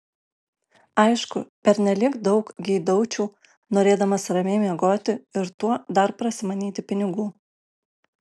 aišku pernelyg daug geidaučiau norėdamas ramiai miegoti ir tuo dar prasimanyti pinigų